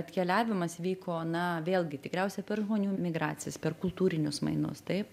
atkeliavimas vyko na vėlgi tikriausia per žmonių migracijas per kultūrinius mainus taip